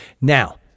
now